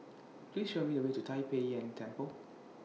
Please Show Me The Way to Tai Pei Yuen Temple